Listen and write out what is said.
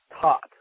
taught